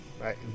Right